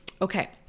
Okay